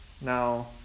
Now